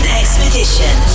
expedition